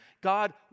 God